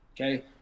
Okay